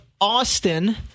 Austin